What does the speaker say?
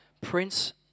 Prince